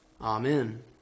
Amen